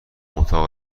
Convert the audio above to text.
اتاق